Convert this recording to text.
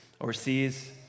overseas